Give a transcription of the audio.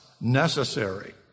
necessary